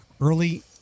early